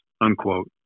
unquote